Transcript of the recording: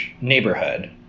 neighborhood